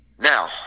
Now